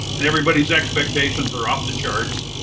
and everybody's expectations are off the charts.